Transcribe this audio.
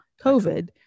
COVID